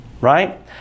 Right